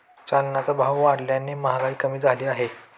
चलनाचा भाव वाढल्याने महागाई कमी झाली आहे